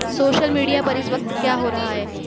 social media پر اس وقت کیا ہو رہا ہے